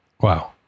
Wow